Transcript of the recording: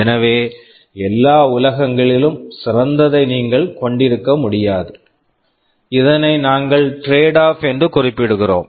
எனவே எல்லா உலகங்களிலும் சிறந்ததை நீங்கள் கொண்டிருக்க முடியாது இதனை நாங்கள் டிரேட்ஆஃப் tradeoff என்று குறிப்பிடுகிறோம்